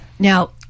Now